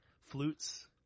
flutes